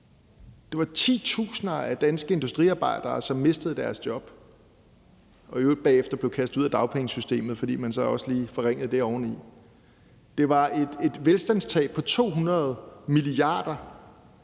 Det var titusinder af danske industriarbejdere, som mistede deres job og i øvrigt bagefter blev kastet ud af dagpengesystemet, fordi man så også lige forringede det område. Det var et velstandstab på 200 mia.